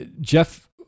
Jeff